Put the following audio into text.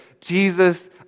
Jesus